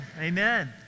amen